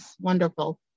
wonderful